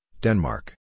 Denmark